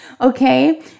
Okay